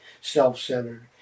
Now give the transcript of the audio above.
self-centered